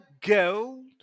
gold